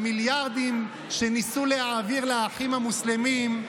המיליארדים שניסו להעביר לאחים המוסלמים,